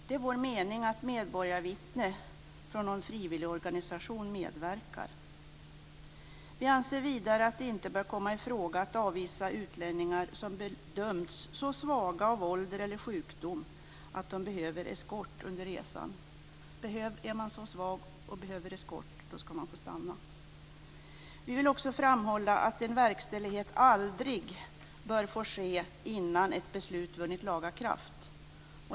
Det är vår mening att medborgarvittnen från någon frivilligorganisation skall medverka. Vi anser vidare att det inte bör komma ifråga att avvisa utlänningar som bedömts så svaga av ålder eller sjukdom att de behöver eskort under resan. Är man så svag att man behöver eskort skall man få stanna. Vi vill också framhålla att en verkställighet aldrig bör få ske innan ett beslut vunnit laga kraft.